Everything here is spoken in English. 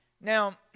Now